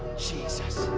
jesus.